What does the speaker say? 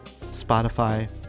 Spotify